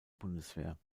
bundeswehr